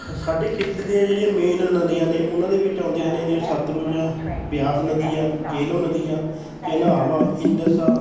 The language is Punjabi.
ਸਾਡੀ ਖਿੱਚ ਦੇ ਜਿਹੜੀਆਂ ਮੇਨ ਨਦੀਆਂ ਨੇ ਉਹਨਾਂ ਦੇ ਵਿੱਚ ਆਉਂਦੀਆਂ ਨੇ ਸਤਲੁਜ ਬਿਆਸ ਨਦੀ ਆ ਜੇਹਲਮ ਨਦੀ ਆ ਚੇਨਾਬ ਆ ਇੰਡਸ ਆ